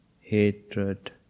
hatred